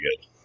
good